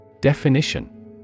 Definition